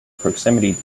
proximity